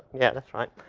yeah, that's right.